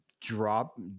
drop